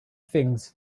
things